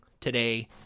today